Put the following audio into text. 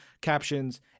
captions